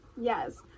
yes